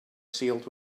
sealed